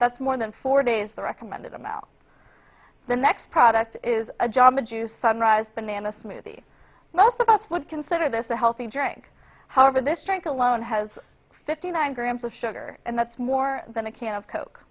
that's more than four days the recommended amount the next product is a job a juice sunrise banana smoothie most of us would consider this a healthy drink however this trick alone has fifty nine grams of sugar and that's more than a can of coke